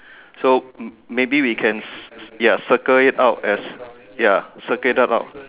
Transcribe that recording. so maybe we can ya circle it out as ya circle it out